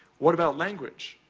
what about language?